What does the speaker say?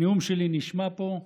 הנאום שלי נשמע פה,